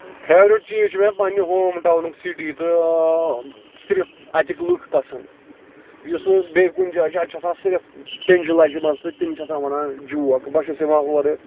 favourite چیٖز چھِ مےٚ پَنٕنہِ ہوم ٹَونُک سِٹی تہٕ صرف اَتِکۍ لُکھ پَسند یُس نہٕ بیٚیہِ کُنہِ جایہِ چھُ اَتہِ چھُ آسان صرِف پینجہِ لَجمَژٕ تہٕ تِم چھِ آسان وَنان جوک بہٕ چھُس یِوان اورٕ